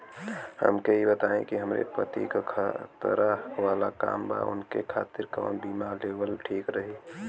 हमके ई बताईं कि हमरे पति क खतरा वाला काम बा ऊनके खातिर कवन बीमा लेवल ठीक रही?